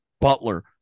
Butler